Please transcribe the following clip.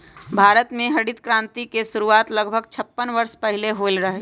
भारत में हरित क्रांति के शुरुआत लगभग छप्पन वर्ष पहीले होलय हल